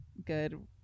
good